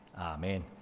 amen